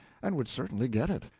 and would certainly get it.